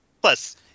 Plus